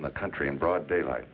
in the country in broad daylight